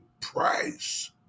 price